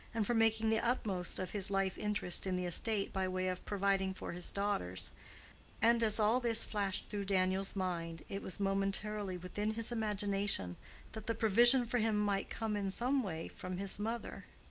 and for making the utmost of his life-interest in the estate by way of providing for his daughters and as all this flashed through daniel's mind it was momentarily within his imagination that the provision for him might come in some way from his mother.